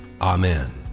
Amen